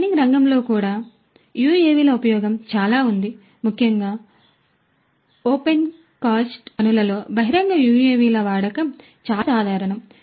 mining రంగంలో కూడా యుఎవిల ఉపయోగం చాలా ఉంది ముఖ్యంగా ఓపెన్కాస్ట్ గనులలో బహిరంగ యుఎవిల వాడకం చాలా సాధారణం